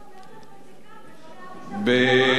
היית אומר לנו את זה קודם,